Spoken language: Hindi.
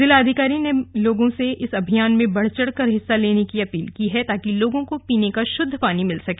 जिला अधिकारी ने लोगों से इस अभियान में बढ़चढ़ कर भाग लेने की अपील की है ताकि लोगों को पीने का श्रद्ध पानी मिल सके